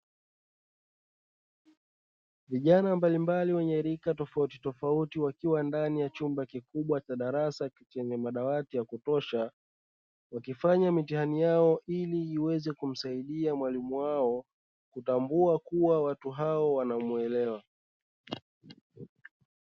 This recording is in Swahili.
Vijana mbalimbali wenye rika tofautitofauti wakiwa ndani ya chumba kikubwa cha darasa chenye madawati ya kutosha, wakifanya mitihani yao ili iweze kumsaidia mwalimu wao kutambua kuwa watu hao wanamuelewa.